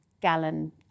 gallon